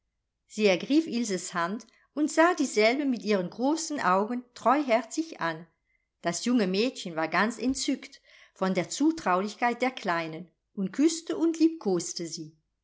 sie ergriff ilses hand und sah dieselbe mit ihren großen augen treuherzig an das junge mädchen war ganz entzückt von der zutraulichkeit der kleinen und küßte und liebkoste sie